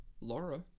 Laura